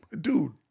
dude